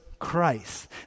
christ